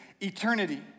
eternity